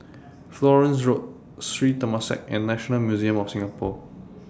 Florence Road Sri Temasek and National Museum of Singapore